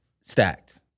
stacked